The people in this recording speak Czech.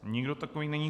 Nikdo takový není.